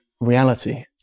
reality